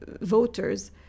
voters